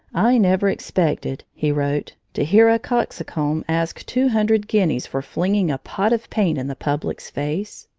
i never expected, he wrote, to hear a coxcomb ask two hundred guineas for flinging a pot of paint in the public's face!